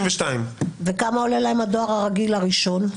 172,000. וכמה עולה להם הדואר הרגיל הראשון?